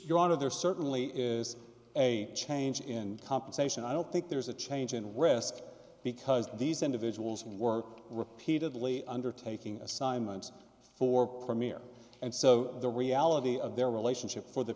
of there certainly is a change in compensation i don't think there is a change in rest because these individuals and work repeatedly undertaking assignments for premier and so the reality of their relationship for the